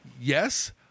Yes